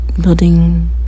building